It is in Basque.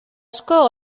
asko